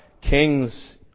kings